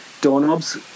doorknobs